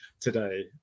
today